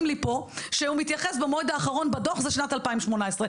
לי פה שהוא מתייחס בעמוד האחרון בדוח זה שנת 2018,